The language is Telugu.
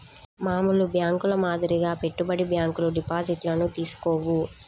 మామూలు బ్యేంకుల మాదిరిగా పెట్టుబడి బ్యాంకులు డిపాజిట్లను తీసుకోవు